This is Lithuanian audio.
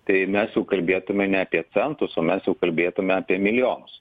tai mes jau kalbėtume ne apie centus o mes jau kalbėtume apie milijonus